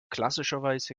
klassischerweise